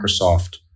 Microsoft